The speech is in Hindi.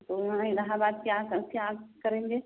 तो वहाँ इलाहबाद क्या क क्या करेंगे